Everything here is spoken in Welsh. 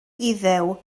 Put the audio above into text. iddew